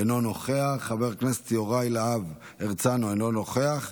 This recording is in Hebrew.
אינו נוכח, חבר הכנסת יוראי להב הרצנו, אינו נוכח.